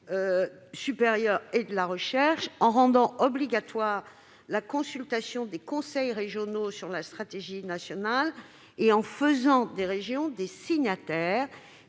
régionaux au Cneser, en rendant obligatoire la consultation des conseils régionaux sur la stratégie nationale et en faisant des régions des signataires,